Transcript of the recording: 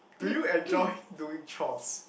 do you enjoy doing chores